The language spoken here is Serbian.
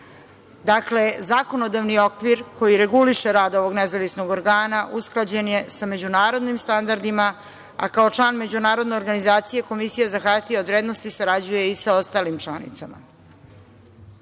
zakonodavni okvir koji reguliše rad ovog nezavisnog organa, usklađen je sa međunarodnim standardima, a kao član međunarodne organizacije Komisija za hartije od vrednosti sarađuje i sa ostalim